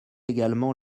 également